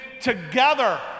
together